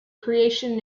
creation